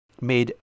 made